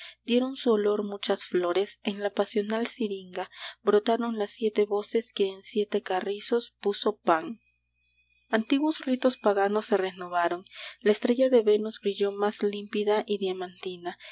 dieron su olor muchas flores en la pasional siringa brotaron las siete voces que en siete carrizos puso pan antiguos ritos paganos se renovaron la estrella de venus brilló más